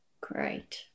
Great